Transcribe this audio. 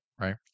Right